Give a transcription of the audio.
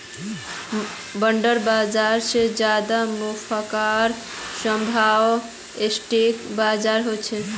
bond बाजार स ज्यादा मुनाफार संभावना स्टॉक बाजारत ह छेक